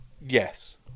yes